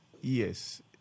Yes